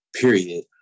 period